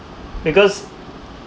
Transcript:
because